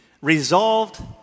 resolved